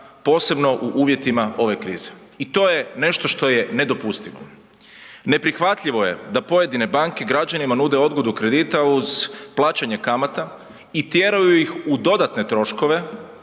posebno u uvjetima ove krize. I to je nešto što je nedopustivo. Neprihvatljivo je da pojedine banke građanima nude odgodu kredita uz plaćanje kamata i tjeraju ih u dodatne troškove